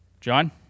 John